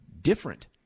different